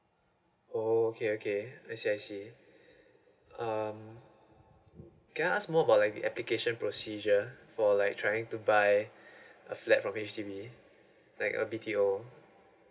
oh okay okay I see I see uh can I ask more about like the application procedure for like trying to buy a flat from H_D_B like a B_T_O